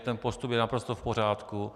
Ten postup je naprosto v pořádku.